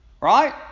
Right